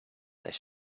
does